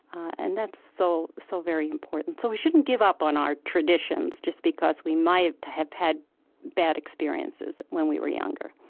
and that's so so very important. so we shouldn't give up on our traditions just because we might have had bad experiences when we were younger.